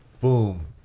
Boom